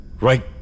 right